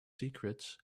secrets